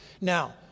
Now